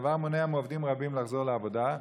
הדבר מונע מעובדים רבים לחזור לעבודה.